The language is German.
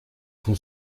vom